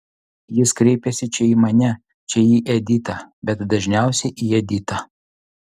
jis kreipiasi čia į mane čia į editą bet dažniausiai į editą